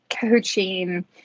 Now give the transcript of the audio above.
coaching